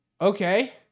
okay